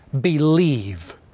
believe